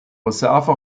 reserve